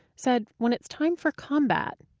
said when it's time for combat,